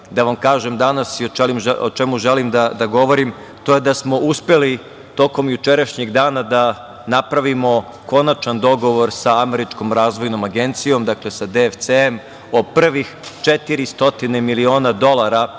da vam kažem danas i o čemu želim da govorim, to je da smo uspeli tokom jučerašnjeg dana da napravimo konačni dogovor sa Američkom razvojnom agencijom, dakle sa DFC, o prvih 400 miliona dolara